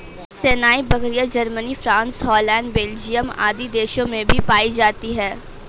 सानेंइ बकरियाँ, Germany, France, Holland, Belgium आदि देशों में भी पायी जाती है